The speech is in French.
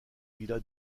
villa